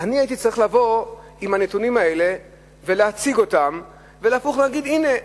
הייתי צריך לבוא עם הנתונים האלה ולהציג אותם ולבוא ולהגיד: הנה,